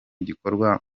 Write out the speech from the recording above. gikorwa